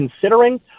considering